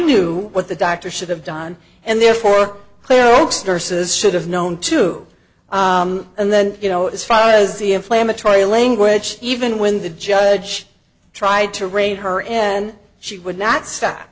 knew what the doctor should have done and therefore clear ochs nurses should have known to and then you know this follows the inflammatory language even when the judge tried to rape her and she would not stop